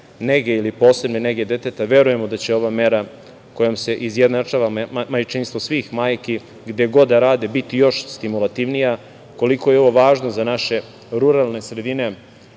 nege ili posebne nege deteta. Verujemo da će ova mera kojom se izjednačava majčinstvo svih majki gde god da rade biti još stimulativnija. Koliko je ovo važno za naše ruralne sredine